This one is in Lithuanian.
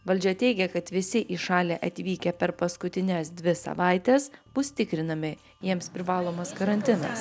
valdžia teigia kad visi į šalį atvykę per paskutines dvi savaites bus tikrinami jiems privalomas karantinas